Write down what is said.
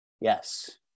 Yes